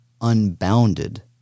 unbounded